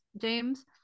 James